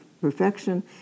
perfection